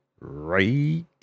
Right